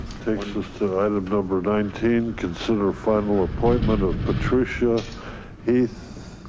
takes us to item number nineteen. consider final appointment of patricia is.